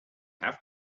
have